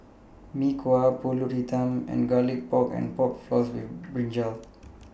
Mee Kuah Pulut Hitam and Garlic Pork and Pork Floss with Brinjal